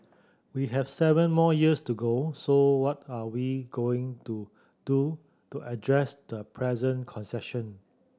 we have seven more years to go so what are we going to do to address the present concession